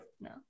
no